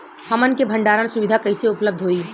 हमन के भंडारण सुविधा कइसे उपलब्ध होई?